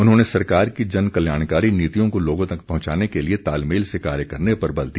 उन्होंने सरकार की जन कल्याणकारी नीतियों को लोगों तक पहंचाने के लिए तालमेल से कार्य करने पर बल दिया